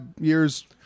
years